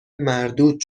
مردود